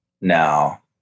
now